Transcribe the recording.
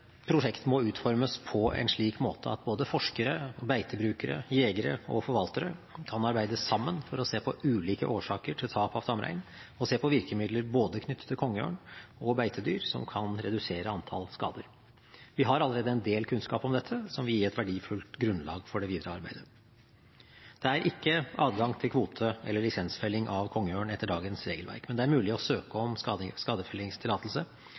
måte at både forskere, beitebrukere, jegere og forvaltere kan arbeide sammen for å se på ulike årsaker til tap av tamrein og se på virkemidler knyttet til både kongeørn og beitedyr som kan redusere antall skader. Vi har allerede en del kunnskap om dette som vil gi et verdifullt grunnlag for det videre arbeidet. Det er ikke adgang til kvote- eller lisensfelling av kongeørn etter dagens regelverk, men det er mulig å søke